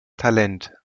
talent